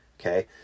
okay